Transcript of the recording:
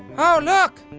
oh look.